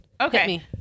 Okay